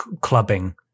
clubbing